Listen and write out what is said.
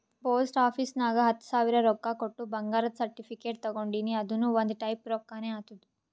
post office ನಾಗ್ ಹತ್ತ ಸಾವಿರ ರೊಕ್ಕಾ ಕೊಟ್ಟು ಬಂಗಾರದ ಸರ್ಟಿಫಿಕೇಟ್ ತಗೊಂಡಿನಿ ಅದುನು ಒಂದ್ ಟೈಪ್ ರೊಕ್ಕಾನೆ ಆತ್ತುದ್